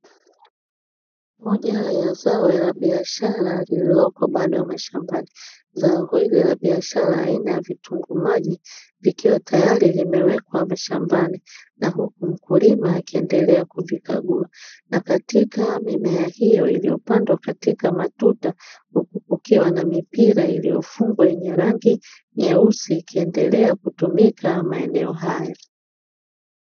Moja ya zao la biashara lililoko bado mashambani, zao hili la biashara aina ya vitunguu maji vikuwa tayari limewekwa mashambani na huku mkulima akiendelea kuvikagua, nakatika mimea hiyo iliyopandwa katika matuta huku kukiwa na mipira iliyofungwa yenye rangi nyeusi ikiendelea kutumika maeneo hayo.